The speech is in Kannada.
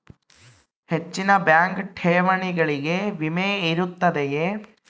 ಹೆಚ್ಚಿನ ಬ್ಯಾಂಕ್ ಠೇವಣಿಗಳಿಗೆ ವಿಮೆ ಇರುತ್ತದೆಯೆ?